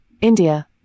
India